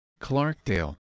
Clarkdale